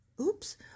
Oops